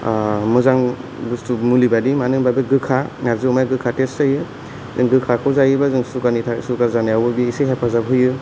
मोजां बुस्तु मुलि बायदि मानोहोमब्ला बे गोखा नार्जि अमाया गोखा टेष्ट जायो जों गोखाखौ जायोबा जों सुगार जानायावबो बे एसे हेफाजाब होयो